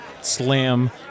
slam